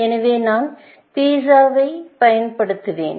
எனவே நான் பீட்சா குடிசைக்கு PH ஐப் பயன்படுத்துவேன்